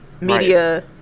media